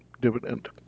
dividend